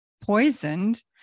poisoned